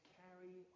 carry